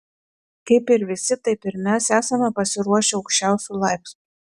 kaip ir visi taip ir mes esame pasiruošę aukščiausiu laipsniu